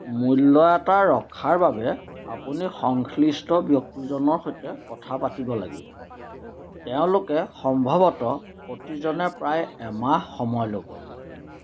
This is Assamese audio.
মূল্য এটা ৰখাৰ বাবে আপুনি সংশ্লিষ্ট ব্যক্তিজনৰ সৈতে কথা পাতিব লাগিব তেওঁলোকে সম্ভৱতঃ প্ৰতিজনে প্ৰায় এমাহ সময় ল'ব